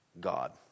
God